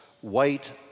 white